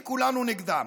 שכולנו נגדם,